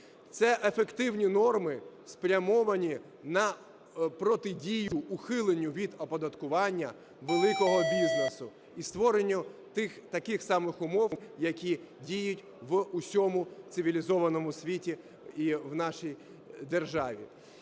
Це ефективні норми, спрямовані на протидію ухиленню від оподаткування великого бізнесу і створенню таких самих умов, які діють в усьому цивілізованому світі і в нашій державі.